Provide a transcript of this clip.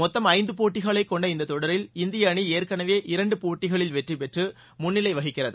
மொத்தம் ஐந்து போட்டிகளை கொண்ட இந்த தொடரில் இந்திய அணி ஏற்கனவே இரண்டு போட்டிகளில் வெற்றி பெற்று முன்னிலை வகிக்கிறது